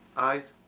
eyes,